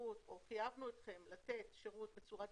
חייבנו אתכם לתת שירות בצורה דיגיטלית,